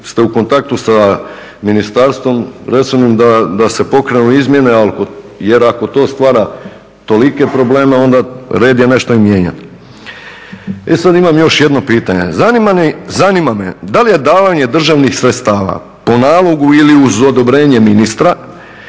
ste u kontaktu sa ministarstvom resornim da se pokrenu izmjene. Jer ako to stvara tolike probleme, onda red je nešto i mijenjati. E sad imam još jedno pitanje. Zanima me da li je davanje državnih sredstava po nalogu ili uz odobrenje ministra